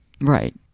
right